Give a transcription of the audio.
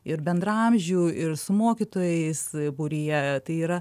ir bendraamžių ir su mokytojais būryje tai yra